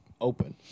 Open